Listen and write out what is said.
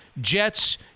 Jets